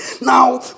Now